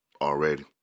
Already